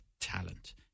talent